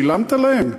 שילמת להם?